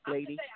Lady